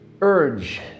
urge